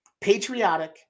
patriotic